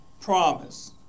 promise